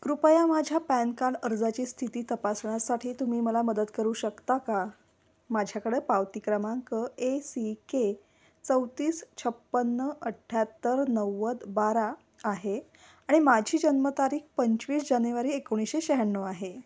कृपया माझ्या PAN card अर्जाची स्थिती तपासण्यासाठी तुम्ही मला मदत करू शकता का माझ्याकडे पावती क्रमांक ए सी के चौतीस छप्पन्न अठ्ठ्याहत्तर नव्वद बारा आहे आणि माझी जन्मतारीख पंचवीस जानेवारी एकोणीसशे शहाण्णव आहे